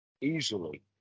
easily